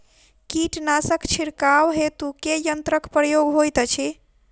कीटनासक छिड़काव हेतु केँ यंत्रक प्रयोग होइत अछि?